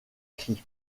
cris